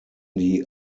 die